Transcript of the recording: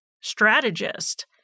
strategist